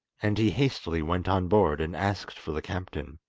and he hastily went on board, and asked for the captain.